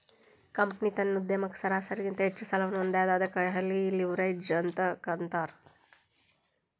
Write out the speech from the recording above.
company ತನ್ನ ಉದ್ಯಮಕ್ಕ ಸರಾಸರಿಗಿಂತ ಹೆಚ್ಚ ಸಾಲವನ್ನ ಹೊಂದೇದ ಅದಕ್ಕ ಹೈಲಿ ಲಿವ್ರೇಜ್ಡ್ ಅಂತ್ ಅಂತಾರ